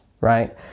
right